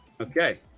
Okay